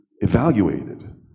evaluated